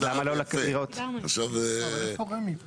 אז למה לא --- עוד פעם,